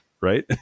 right